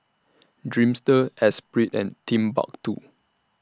Dreamster Esprit and Timbuktwo